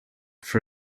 for